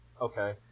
okay